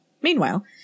Meanwhile